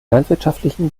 landwirtschaftlichen